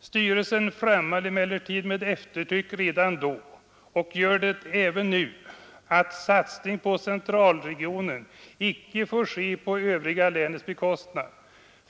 ”Styrelsen framhöll emellertid med eftertryck redan då, och gör det även nu, att satsning på centralregionen inte får ske på övriga länets bekostnad.